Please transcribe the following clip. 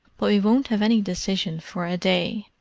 but we won't have any decision for a day,